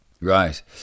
Right